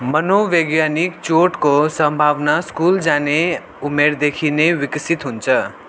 मनोवैज्ञानिक चोटको सम्भावना स्कुल जाने उमेरदेखि नै विकसित हुन्छ